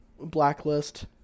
blacklist